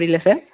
புரியல சார்